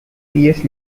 years